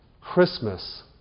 Christmas